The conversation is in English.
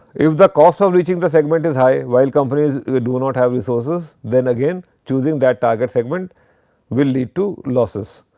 if the cost of reaching the segment is high while companies do not have resources, then again choosing that target segment will lead to losses.